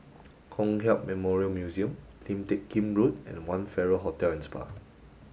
Kong Hiap Memorial Museum Lim Teck Kim Road and One Farrer Hotel and Spa